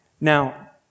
Now